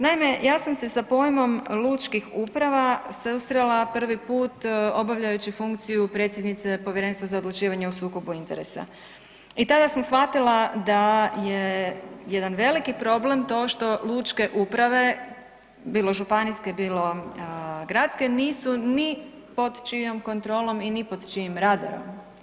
Naime, ja sam se sa pojmom lučkih uprava susrela prvi put obavljajući funkciju predsjednice Povjerenstva za odlučivanje o sukobu interesa i tada sam shvatila da je jedan veliki problem to što lučke uprave, bilo županijske, bilo gradske nisu ni pod čijom kontrolom i ni pod čijim radarom.